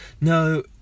no